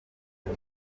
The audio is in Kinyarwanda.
aka